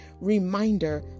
reminder